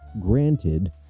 granted